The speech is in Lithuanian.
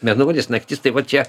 mėnulis naktis tai vat čia